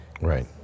Right